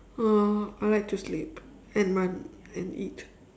uh I like to sleep and run and eat